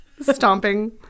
Stomping